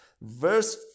Verse